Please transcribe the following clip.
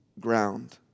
ground